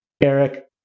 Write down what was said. Eric